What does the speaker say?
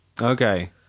Okay